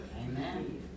Amen